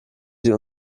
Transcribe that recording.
sie